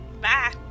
Bye